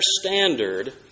standard